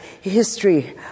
history